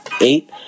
eight